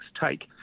take